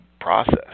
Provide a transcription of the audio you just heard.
process